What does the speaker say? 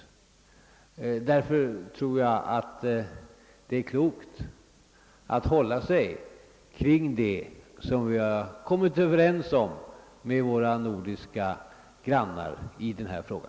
Därför tror jag att det är klokt att hålla sig till det som vi kommit överens om med våra nordiska grannar i denna fråga.